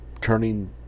turning